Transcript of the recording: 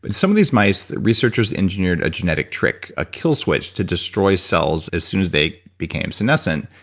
but some of these mice, researchers engineered a genetic trick, a kill switch to destroy cells as soon as they became senescent,